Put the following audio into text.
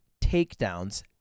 takedowns